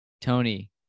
Tony